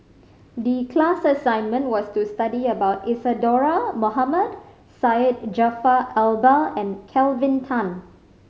the class assignment was to study about Isadhora Mohamed Syed Jaafar Albar and Kelvin Tan